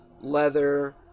leather